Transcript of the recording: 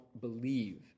believe